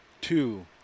two